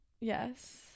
yes